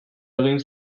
egin